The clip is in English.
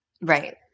Right